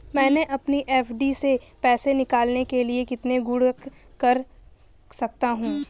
मैं अपनी एफ.डी से पैसे निकालने के लिए कितने गुणक कर सकता हूँ?